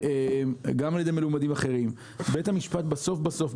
גם על-ידי מלומדים אחרים בית המשפט בסוף,